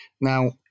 Now